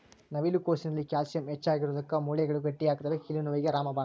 ನವಿಲು ಕೋಸಿನಲ್ಲಿ ಕ್ಯಾಲ್ಸಿಯಂ ಹೆಚ್ಚಿಗಿರೋದುಕ್ಕ ಮೂಳೆಗಳು ಗಟ್ಟಿಯಾಗ್ತವೆ ಕೀಲು ನೋವಿಗೆ ರಾಮಬಾಣ